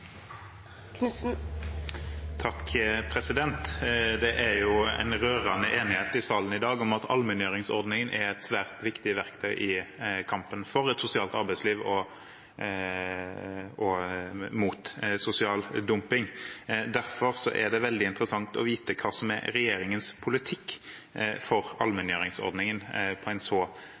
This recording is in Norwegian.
et svært viktig verktøy i kampen for et sosialt arbeidsliv og mot sosial dumping. Derfor er det veldig interessant å vite hva som er regjeringens politikk for allmenngjøringsordningen, en så